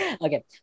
Okay